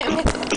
הוא מתאר מצב.